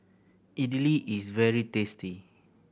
Idili is very tasty